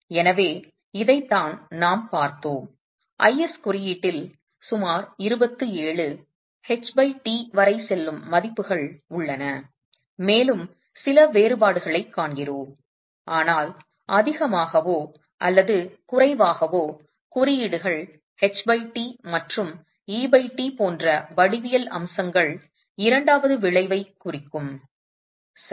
எனவே இதைத்தான் நாம் பார்த்தோம் IS குறியீட்டில் சுமார் 27 ht வரை செல்லும் மதிப்புகள் உள்ளன மேலும் சில வேறுபாடுகளைக் காண்கிறோம் ஆனால் அதிகமாகவோ அல்லது குறைவாகவோ குறியீடுகள் ht மற்றும் et போன்ற வடிவியல் அம்சங்கள் இரண்டாவது விளைவைக் குறிக்கும் சரி